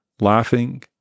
laughing